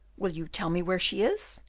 will you tell me where she is?